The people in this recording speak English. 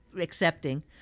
accepting